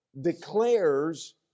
declares